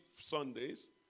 Sundays